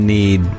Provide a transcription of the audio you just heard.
need